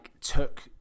took